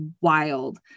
wild